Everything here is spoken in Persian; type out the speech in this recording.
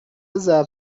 ضبط